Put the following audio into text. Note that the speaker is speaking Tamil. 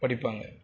படிப்பாங்க